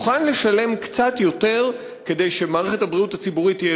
מוכן לשלם קצת יותר כדי שמערכת הבריאות הציבורית תהיה